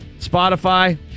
Spotify